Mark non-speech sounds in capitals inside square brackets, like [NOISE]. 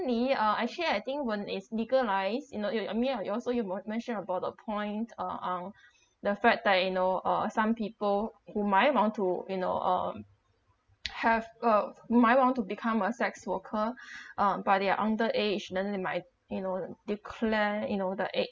ah actually I think when is legalise you know you you I mean ya you also you mon~ mention about the point uh uh the fact that you know uh some people whom might want to you know um have uh who might want to become a sex worker [BREATH] um but they are under age then they might you know declare you know the age